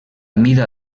mida